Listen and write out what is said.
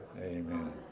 amen